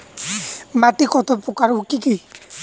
মাটি কত প্রকার ও কি কি?